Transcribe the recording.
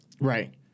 Right